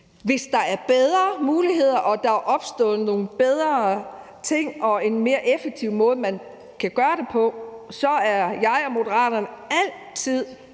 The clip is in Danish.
Hvis der er bedre muligheder og der er opstået nogle bedre ting og en mere effektiv måde, man kan gøre det på, er jeg og Moderaterne altid